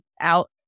out